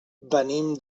venim